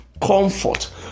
comfort